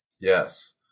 Yes